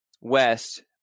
West